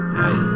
hey